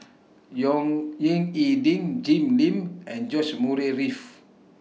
Yong Ying E Ding Jim Lim and George Murray Reith